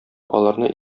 аларны